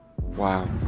Wow